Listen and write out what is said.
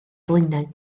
blaenau